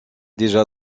déjà